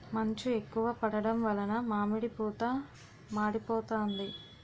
మంచు ఎక్కువ పడడం వలన మామిడి పూత మాడిపోతాంది